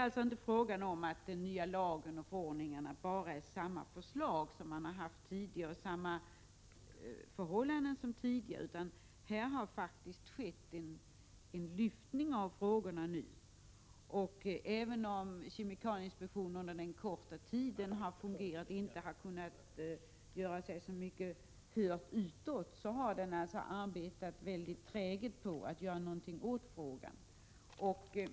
Den nya lagen och de nya förordningarna är alltså inte bara ett resultat av samma förslag som man har haft tidigare, utan här har faktiskt förhållandena ändrats — det har skett en lyftning av frågorna. Även om kemikalieinspektionen under den korta tid som den har fungerat inte har kunnat göra sig hörd så mycket utåt, har man där arbetat väldigt träget på att göra någonting åt problemen.